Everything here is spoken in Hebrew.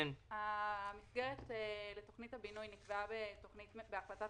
המסגרת לתוכנית הבינוי נקבעה בהחלטת